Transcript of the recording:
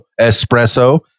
espresso